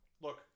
look